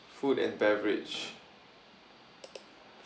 food and beverage